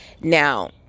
now